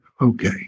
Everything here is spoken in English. okay